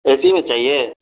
اے C میں چاہیے